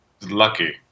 Lucky